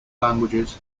languages